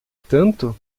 tanto